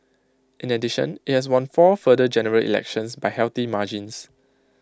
in addition IT has won four further general elections by healthy margins